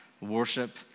worship